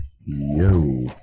Yo